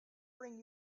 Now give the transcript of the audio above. bring